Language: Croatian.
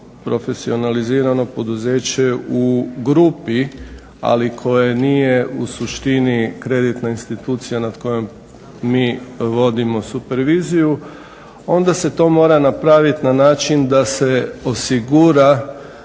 profesionalizirano poduzeće u grupi ali koje nije u suštini kreditna institucija nad kojom mi vodimo superviziju onda se mora to napraviti na način da se osigura